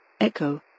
Echo